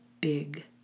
big